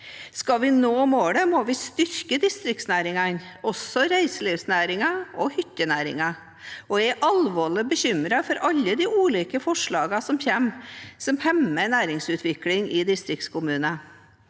Skal vi nå målet, må vi styrke distriktsnæringene, også reiselivsnæringen og hyttenæringen. Jeg er alvorlig bekymret for alle de ulike forslagene som kommer, som hemmer næringsutvikling i distriktskommuner.